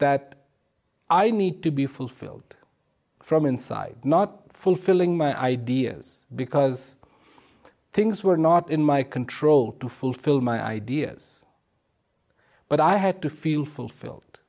that i need to be fulfilled from inside not fulfilling my ideas because things were not in my control to fulfill my ideas but i had to feel fulfilled